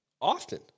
often